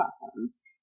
platforms